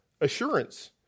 assurance